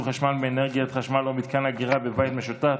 חשמל מאנרגיה חשמל או מתקן אגירה בבית משותף),